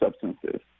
substances